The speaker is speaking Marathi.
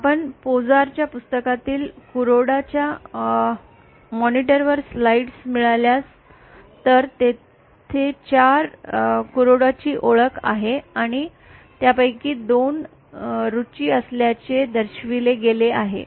म्हणून पोझर च्या पुस्तकातील कुरोडा च्या मॉनिटर वर स्लाइड्स मिळाल्या तर तेथे चार कुरोडाची ओळख आहे आणि त्यापैकी दोन रूची असल्याचे दर्शविले गेले आहे